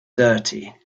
dirty